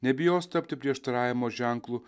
nebijos tapti prieštaravimo ženklu